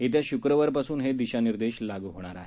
येत्या शुक्रवारपासून हे दिशानिर्देश लागू होणार आहेत